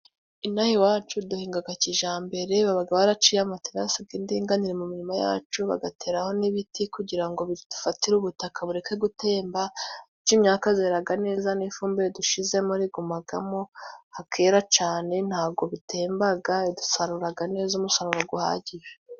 Inaha iwacu duhingaga kijambere, babaga baraciye amaterasi gindinganire mu mirima yacu, bagateraho n'ibiti kugira ngo bidufatire ubutaka, bureke gutemba. Bityo imyaka zeraga neza, n'ifumbire dushizemo rigumagamo. Hakera cane, ntago bitembaga, dusaruraga neza umusaruro guhagije.